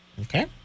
Okay